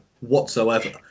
whatsoever